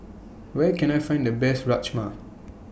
Where Can I Find The Best Rajma